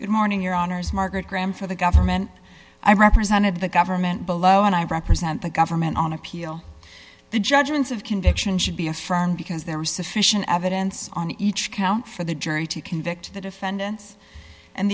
good morning your honour's margaret graham for the government i represented the government below and i represent the government on appeal the judgments of conviction should be affirmed because there was sufficient evidence on each count for the jury to convict the defendants and